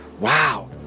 Wow